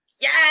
Yes